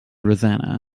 rosanna